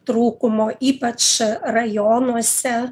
trūkumo ypač rajonuose